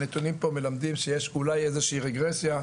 הנתונים פה מלמדים שיש אולי איזו שהיא רגרסיה,